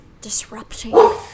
disrupting